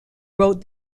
wrote